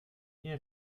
nie